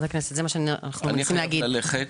אני חייב ללכת.